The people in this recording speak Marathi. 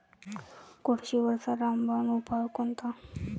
कोळशीवरचा रामबान उपाव कोनचा?